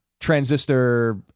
Transistor